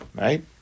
Right